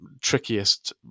trickiest